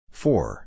four